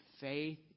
faith